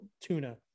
tuna